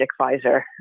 Pfizer